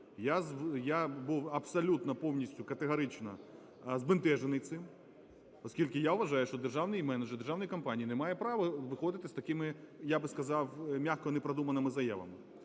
Я був абсолютно, повністю, категорично збентежений цим, оскільки я вважаю, що державний менеджер державної компанії не має права виходити з такими, я би сказав м'яко, непродуманими заявами.